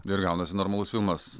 ir gaunasi normalus filmas